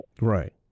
Right